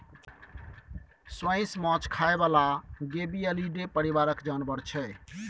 सोंइस माछ खाइ बला गेबीअलीडे परिबारक जानबर छै